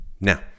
Now